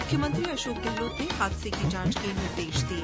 मुख्यमंत्री अशोक गहलोत ने हादसे की जांच के निर्देश दिये